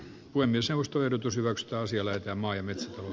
lue myös ostoehdotus hyväksytään sillä että mainit